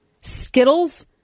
Skittles